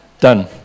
done